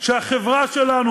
שהחברה שלנו,